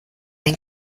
den